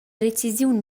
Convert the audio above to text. decisiun